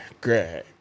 great